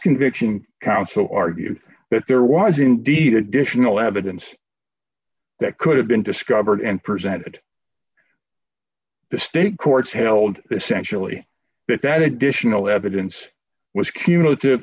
conviction counsel argued that there was indeed additional evidence that could have been discovered and presented the state courts held essentially that that additional evidence was cumulative